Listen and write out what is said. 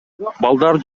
балдар